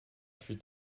fut